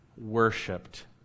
Worshipped